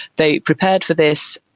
they prepared for this,